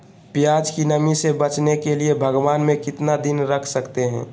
प्यास की नामी से बचने के लिए भगवान में कितना दिन रख सकते हैं?